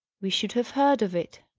we should have heard of it.